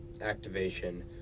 activation